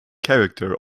character